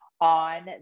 on